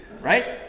Right